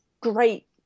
great